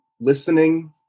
listening